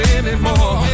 anymore